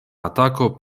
atako